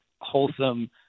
wholesome